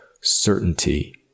certainty